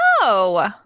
No